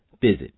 Visit